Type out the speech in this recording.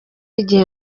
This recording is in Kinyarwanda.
igihe